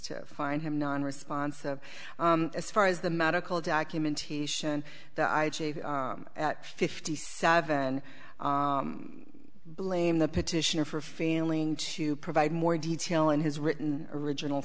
to find him non responsive as far as the medical documentation at fifty seven blame the petitioner for failing to provide more detail in his written original